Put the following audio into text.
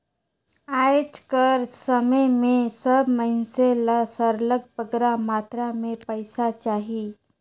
आएज कर समे में सब मइनसे ल सरलग बगरा मातरा में पइसा चाही